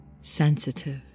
sensitive